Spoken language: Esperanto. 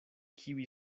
kiuj